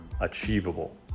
achievable